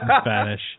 Spanish